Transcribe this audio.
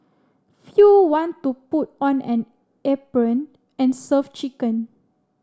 few want to put on an apron and serve chicken